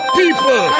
people